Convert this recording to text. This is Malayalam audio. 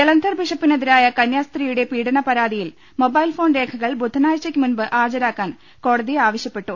ജലന്ധർ ബിഷപ്പിനെതിരായ കന്യാസ്ത്രീയുടെ പീഡന പരാതിയിൽ മൊബൈൽ ഫോൺ രേഖകൾ ബുധനാഴ്ചക്കു മുൻപ് ഹാജരാക്കാൻ കോടതി ആവശ്യപ്പെട്ടു